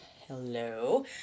Hello